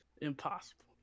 impossible